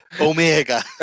omega